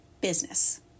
business